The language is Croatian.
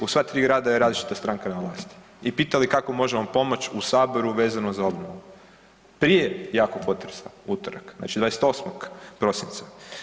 U sva tri grada je različita stanka na vlasti i pitali kako možemo pomoći u saboru vezano za obnovu, prije jakog potresa u utorak znači 28. prosinca.